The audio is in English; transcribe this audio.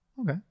Okay